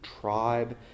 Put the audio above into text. tribe